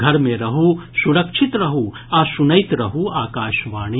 घर मे रहू सुरक्षित रहू आ सुनैत रहू आकाशवाणी